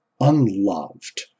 unloved